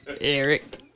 Eric